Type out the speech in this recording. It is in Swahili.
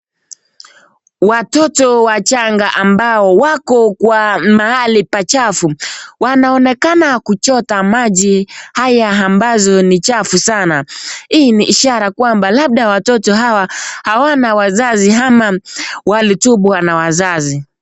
Watoto wachanga ambao wako kwa mahali pachafu wanaonekana kuchota maji haya ambazo ni chafu sana. Hii ni ishara kwamba labda watoto hawa hawana wazazi ama walitupwa na wazazi.